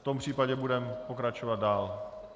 V tom případě budeme pokračovat dál.